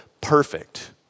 perfect